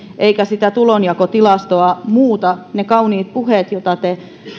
eivätkä sitä tulonjakotilastoa muuta ne kauniit puheet joita te